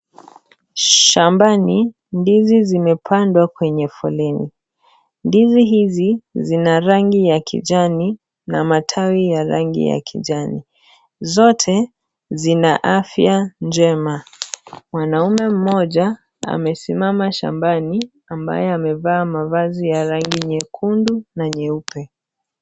Shambani ndizi zimepandwa kwenye foleni. Ndizi hizi zina rangi ya kijani na matawi ya rangi ya kijani, zote zina afya njema. Mwanaume mmoja amesimama shambani ambaye amevaa mavazi ya rangi nyekundu na nyeupe.